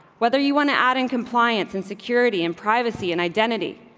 whether you want to add in compliance and security and privacy and identity,